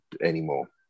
anymore